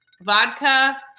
vodka